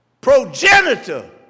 Progenitor